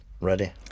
Ready